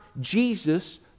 Jesus